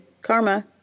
Karma